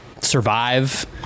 survive